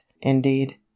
indeed